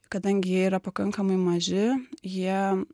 kadangi jie yra pakankamai maži jie